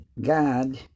god